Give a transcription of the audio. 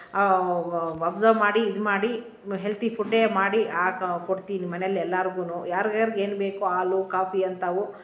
observe ಮಾಡಿ ಇದು ಮಾಡಿ ಹೆಲ್ತಿ ಫುಡ್ಡೇ ಮಾಡಿ ಹಾಕ್ ಕೊಡ್ತೀನಿ ಮನೇಲಿ ಎಲ್ಲಾರ್ಗು ಯಾರ್ಯಾರ್ಗೆ ಏನು ಬೇಕು ಹಾಲು ಕಾಫಿ ಅಂಥವು